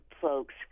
folks